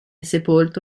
sepolto